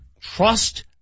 trust